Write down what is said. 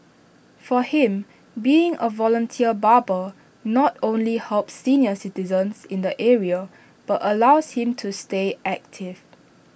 for him being A volunteer barber not only helps senior citizens in the area but allows him to stay active